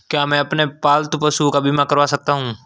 क्या मैं अपने पालतू पशुओं का बीमा करवा सकता हूं?